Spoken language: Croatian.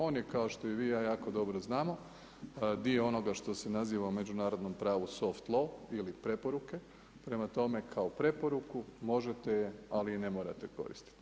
On je kao što i vi jako dobro znamo, dio onoga što se naziva međunarodnom pravu … ili preporuke, prema tome kao preporuku, možete je ali i ne morate koristiti.